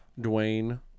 Dwayne